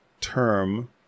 term